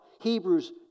Hebrews